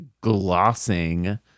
glossing